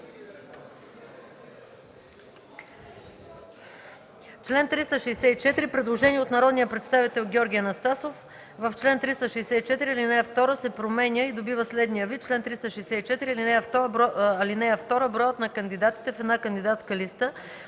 МАНОЛОВА: Предложение от народния представител Георги Анастасов: „В чл. 364 ал. 2 се променя и добива следния вид: „Член 364 (2) Броят на кандидатите в една кандидатска листа